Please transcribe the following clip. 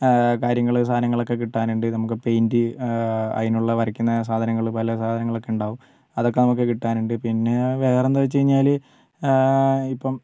കാര്യങ്ങൾ സാനങ്ങളൊക്കെ കിട്ടാനുണ്ട് നമുക്ക് പെയ്ൻറ് അതിനുള്ള വരക്കുന്ന സാധനങ്ങൾ പല സാധനങ്ങളൊക്കെ ഉണ്ടാവും അതൊക്കെ നമുക്ക് കിട്ടാനുണ്ട് പിന്നെ വേറെന്താ വെച്ച് കഴിഞ്ഞാൽ ഇപ്പം